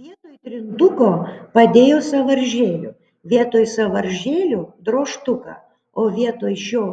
vietoj trintuko padėjo sąvaržėlių vietoj sąvaržėlių drožtuką o vietoj šio